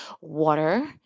water